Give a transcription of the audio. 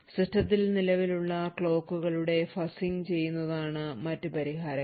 സിസ്റ്റത്തിൽ നിലവിലുള്ള ക്ലോക്കുകളെ fuzzing ചെയ്യുന്നതാണ് മറ്റ് പരിഹാരങ്ങൾ